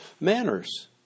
manners